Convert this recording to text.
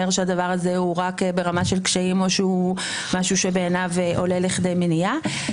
הדבר הזה הוא רק ברמה של קשיים או שהוא משהו שבעיניו עולה לכדי מניעה.